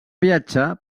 viatjar